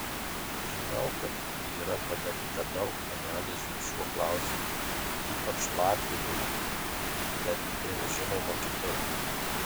žinau kad yra padaryta daug analizių šiuo klausimu ypač latvijoje bet ir žinoma kitur